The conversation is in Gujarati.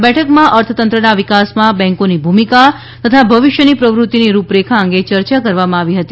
આ બેઠકમાં અર્થતંત્રના વિકાસમાં બેન્કોની ભૂમિકા તથા ભવિષ્યની પ્રવૃત્તીની રૂપરેખા અંગે યર્યા કરવામાં આવી હતી